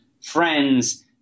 friends